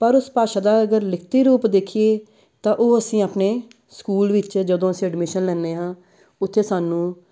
ਪਰ ਉਸ ਭਾਸ਼ਾ ਦਾ ਅਗਰ ਲਿਖਤੀ ਰੂਪ ਦੇਖੀਏ ਤਾਂ ਉਹ ਅਸੀਂ ਆਪਣੇ ਸਕੂਲ ਵਿੱਚ ਜਦੋਂ ਅਸੀਂ ਐਡਮਿਸ਼ਨ ਲੈਂਦੇ ਹਾਂ ਉੱਥੇ ਸਾਨੂੰ